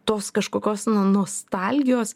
tos kažkokios nostalgijos